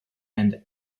and